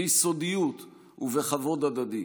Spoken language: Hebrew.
ביסודיות ובכבוד הדדי.